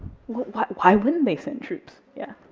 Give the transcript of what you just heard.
but why wouldn't they send troops? yeah,